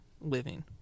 living